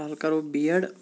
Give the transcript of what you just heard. فی الحال کَرَو B add